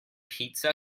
pizza